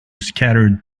scattered